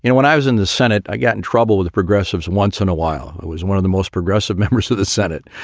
when i was in the senate, i got in trouble with progressives once in a while. it was one of the most progressive members of the senate.